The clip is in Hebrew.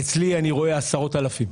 אצלי אני רואה עשרות אלפים.